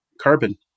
carbon